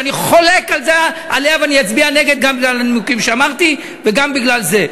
שאני חולק עליה ואני אצביע נגד גם בגלל הנימוקים שאמרתי וגם בגלל זה: